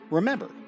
Remember